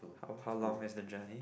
how how long is the journey